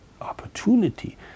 opportunity